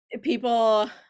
people